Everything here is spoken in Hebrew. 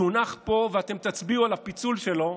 שהונח פה ואתם תצביעו על הפיצול שלו,